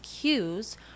cues